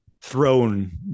thrown